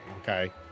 okay